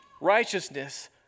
righteousness